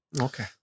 okay